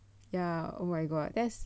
ya oh my god that's